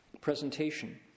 presentation